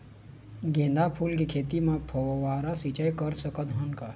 गेंदा फूल के खेती म फव्वारा सिचाई कर सकत हन का?